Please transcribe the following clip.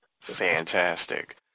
Fantastic